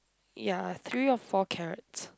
ya three or four carrots